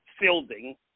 fielding